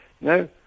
No